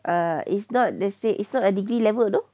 uh it's not they say it's not a degree level you know